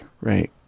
Right